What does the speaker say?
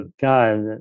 God